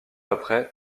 après